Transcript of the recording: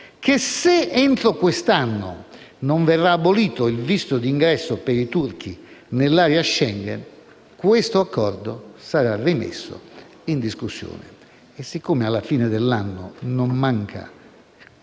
che, se entro quest'anno non verrà abolito il visto di ingresso per i turchi nell'area Schengen, questo accordo sarà rimesso in discussione. Siccome alla fine dell'anno non manca